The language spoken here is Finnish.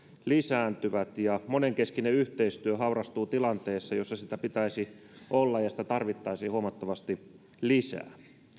lisääntyvät ja monenkeskinen yhteistyö haurastuu tilanteessa jossa sitä pitäisi olla ja sitä tarvittaisiin huomattavasti lisää